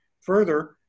Further